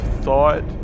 thought